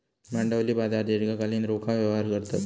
भांडवली बाजार दीर्घकालीन रोखा व्यवहार करतत